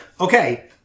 okay